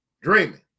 dreaming